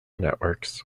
networks